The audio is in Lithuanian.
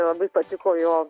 labai patiko jo